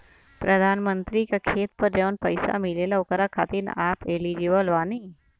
प्रधानमंत्री का खेत पर जवन पैसा मिलेगा ओकरा खातिन आम एलिजिबल बानी?